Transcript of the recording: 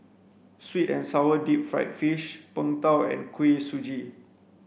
sweet and sour deep fried fish png tao and kuih suji